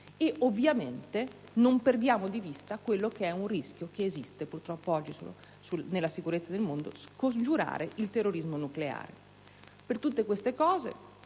e ovviamente - non perdiamo di vista quello che è un rischio che purtroppo esiste oggi per la sicurezza del mondo - scongiurare il terrorismo nucleare. Per tutte queste